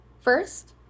First